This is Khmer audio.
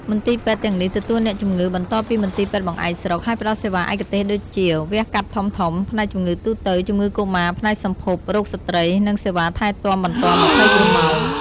មន្ទីរពេទ្យទាំងនេះទទួលអ្នកជំងឺបន្តពីមន្ទីរពេទ្យបង្អែកស្រុក ហើយផ្តល់សេវាឯកទេសដូចជា វះកាត់ធំៗ ផ្នែកជំងឺទូទៅ ជំងឺកុមារ ផ្នែកសម្ភព រោគស្ត្រី និងសេវាថែទាំបន្ទាន់ ២៤ ម៉ោង។